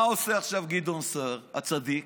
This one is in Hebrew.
מה עושה עכשיו גדעון סער הצדיק?